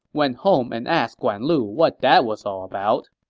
went home and asked guan lu what that was all about